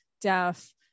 deaf